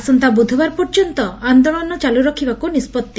ଆସନ୍ତା ବିଧବାର ପର୍ଯ୍ୟନ୍ତ ଆନ୍ଦୋଳନ ଚାଲୁ ରଖିବାକୁ ନିଷ୍ବର୍ତି